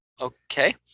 Okay